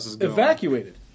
evacuated